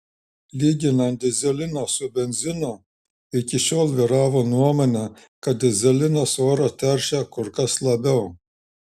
lyginant dyzeliną su benzinu iki šiol vyravo nuomonė kad dyzelinas orą teršia kur kas labiau